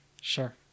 Sure